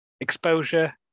Exposure